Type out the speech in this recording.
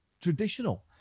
traditional